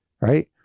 right